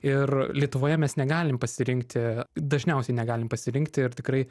ir lietuvoje mes negalim pasirinkti dažniausiai negalim pasirinkti ir tikrai